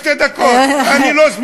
סמוטריץ קיבל שתי דקות, אני לא סמוטריץ.